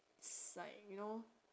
it's like you know